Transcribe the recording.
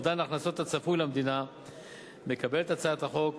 אובדן ההכנסות הצפוי למדינה מקבלת הצעת החוק